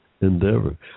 Endeavor